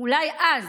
אולי אז